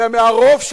אלא מהרוב,